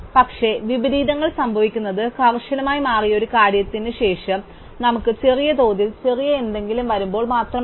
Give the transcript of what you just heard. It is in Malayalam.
പക്ഷേ വിപരീതങ്ങൾ സംഭവിക്കുന്നത് കർശനമായി മാറിയ ഒരു കാര്യത്തിന് ശേഷം നമുക്ക് ചെറിയതോതിൽ ചെറിയ എന്തെങ്കിലും വരുമ്പോൾ മാത്രമാണ്